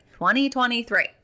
2023